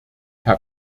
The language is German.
herr